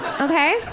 Okay